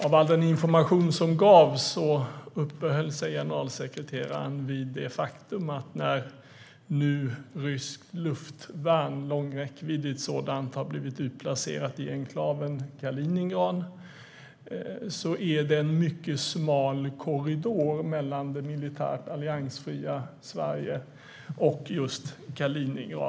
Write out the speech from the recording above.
Av all den information som gavs uppehöll sig generalsekreteraren vid det faktum att det nu när ryskt luftvärn med lång räckvidd har utplacerats i enklaven Kaliningrad är en mycket smal korridor mellan det militärt alliansfria Sverige och just Kaliningrad.